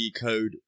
code